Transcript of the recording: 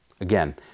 Again